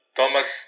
Thomas